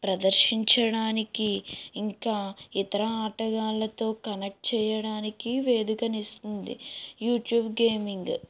ప్రదర్శించడానికి ఇంకా ఇతర ఆటగాళ్ళతో కనెక్ట్ చేయడానికి వేదికను ఇస్తుంది యూట్యూబ్ గేమింగ్